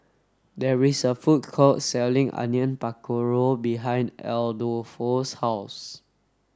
there is a food court selling Onion Pakora behind Adolfo's house